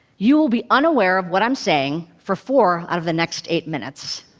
you will be unaware of what i'm saying for four out of the next eight minutes.